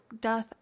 doth